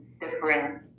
different